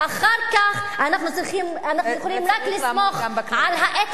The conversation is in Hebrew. אחר כך אנחנו יכולים רק לסמוך על האתיקה